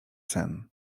sen